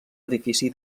edifici